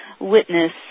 witness